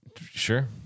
Sure